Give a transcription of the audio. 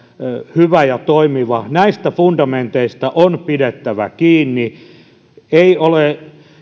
hyvä ja toimiva näistä fundamenteista on pidettävä kiinni ei ole